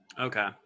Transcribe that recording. Okay